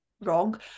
wrong